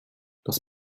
das